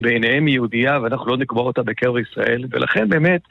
ביניהם היא יהודייה ואנחנו לא נקבור אותה בקבר ישראל, ולכן באמת...